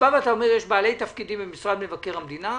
אתה אומר שיש בעלי תפקידים במשרד מבקר המדינה,